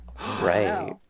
Right